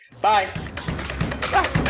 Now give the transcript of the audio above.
Bye